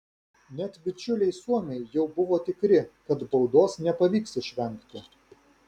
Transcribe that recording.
net bičiuliai suomiai jau buvo tikri kad baudos nepavyks išvengti